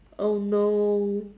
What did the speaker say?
oh no